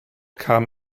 kam